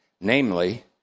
namely